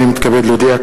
הנני מתכבד להודיע,